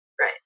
Right